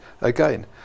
again